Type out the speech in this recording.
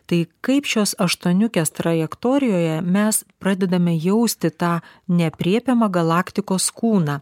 tai kaip šios aštuoniukės trajektorijoje mes pradedame jausti tą neaprėpiamą galaktikos kūną